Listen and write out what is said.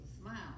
smile